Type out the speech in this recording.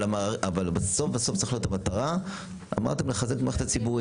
אבל בסוף צריך להיות המטרה לחזק את המערכת הציבורית.